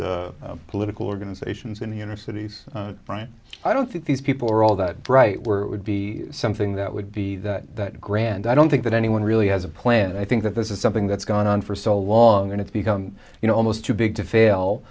the political organizations in the inner cities right i don't think these people are all that bright were it would be something that would be that that grand i don't think that anyone really has a plan and i think that this is something that's gone on for so long and it's become you know almost too big to fail